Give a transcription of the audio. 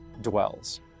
dwells